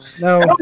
No